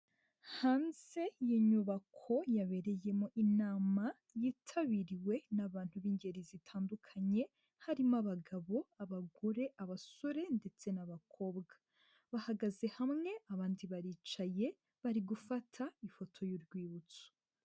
Hanze y'inyubako yabereyemo inama yitabiriwe n'abantu b'ingeri zitandukanye, harimo; abagabo, abagore, abasore ndetse n'abakobwa. Bahagaze hamwe, abandi baricaye bari gufata ifoto y'urwibutso.